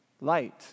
Light